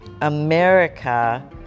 America